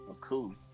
Cool